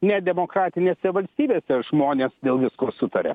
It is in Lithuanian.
nedemokratinėse valstybėse žmonės dėl visko sutaria